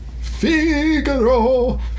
Figaro